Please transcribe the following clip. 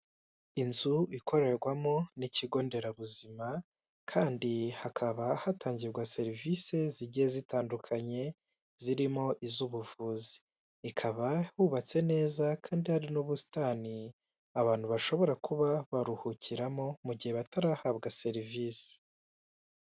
Inzu ikorerwamo n'ikigo nderabuzima kandi hakaba hatangirwa serivise zigiye zitandukanye zirimo iz'ubuvuzi, ikaba hubatse neza kandi hari n'ubusitani abantu bashobora kuba baruhukiramo mu gihe batarahabwa serivisi.